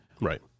Right